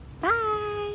Bye